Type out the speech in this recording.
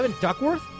Duckworth